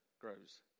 grows